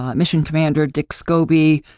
um mission commander dick scobee,